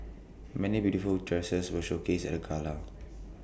many beautiful dresses were showcased at the gala